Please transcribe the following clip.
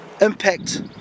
impact